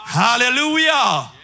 hallelujah